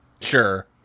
Sure